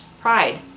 pride